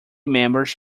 members